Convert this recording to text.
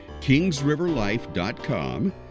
KingsRiverLife.com